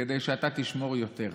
כדי שאתה תשמור יותר.